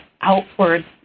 outward